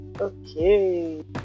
Okay